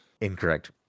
Incorrect